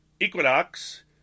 Equinox